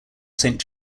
saint